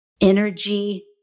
energy